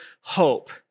hope